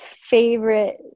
favorite